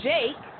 Jake